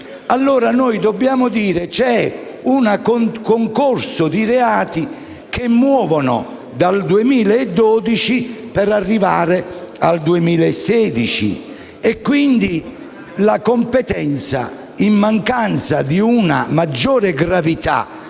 modo dobbiamo dire che c'è un concorso di reati che muovono dal 2012 per arrivare al 2016, per cui la competenza, in mancanza di una maggiore gravità